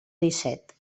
disset